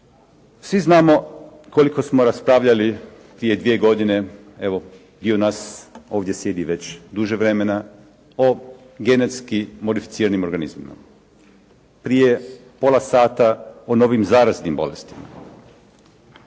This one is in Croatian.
Svi znamo koliko smo raspravljali prije dvije godine, evo dio nas ovdje sjedi već duže vremena, o genetski modificiranim organizmima. Prije pola sata o novim zaraznim bolestima.